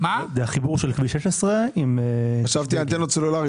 זה החיבור של כביש 16. חשבתי שזה בגלל שיש שם בעיה עם אנטנות סלולריות.